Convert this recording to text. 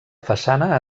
façana